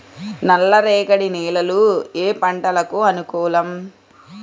నల్లరేగడి నేలలు ఏ పంటలకు అనుకూలం?